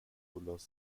nicolas